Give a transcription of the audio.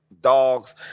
dogs